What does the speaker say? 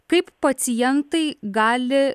kaip pacientai gali